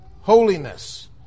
Holiness